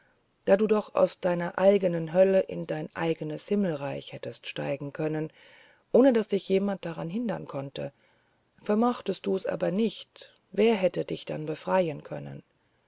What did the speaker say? da du doch aus deiner eigenen hölle in dein eigenes himmelreich hättest steigen können ohne daß dich jemand daran hindern konnte vermochtest du aber das nicht wer hätte dich dann befreien können